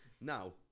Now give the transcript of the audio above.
Now